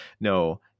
No